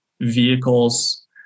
vehicles